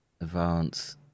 Advance